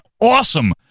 awesome